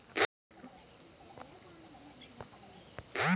पेड़ पउधा क ग्राहक आदमी चाहे बिवी लोग होलीन